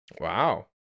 Wow